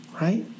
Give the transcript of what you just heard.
Right